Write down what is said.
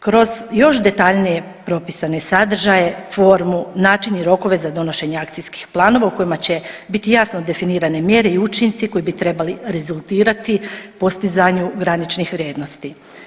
Kroz još detaljnije propisane sadržaje, formu, način i rokove za donošenje akcijskih planova u kojima će biti jasno definirane mjere i učinci koji bi trebali rezultirati postizanju graničnih vrijednosti.